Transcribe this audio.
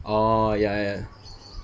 oh ya ya